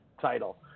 title